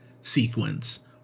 sequence